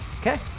Okay